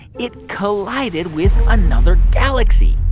it collided with another galaxy,